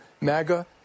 MAGA